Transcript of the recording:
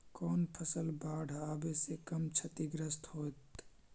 कौन फसल बाढ़ आवे से कम छतिग्रस्त होतइ?